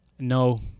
No